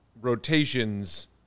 rotations